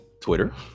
twitter